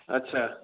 ଆଚ୍ଛା